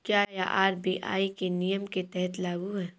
क्या यह आर.बी.आई के नियम के तहत लागू है?